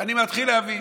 אני מתחיל להבין.